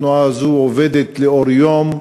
התנועה הזאת עובדת לאור יום.